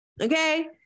Okay